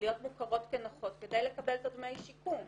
כדי להיות מוכרות כנכות כדי לקבל את דמי השיקום.